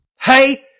Hey